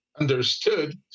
understood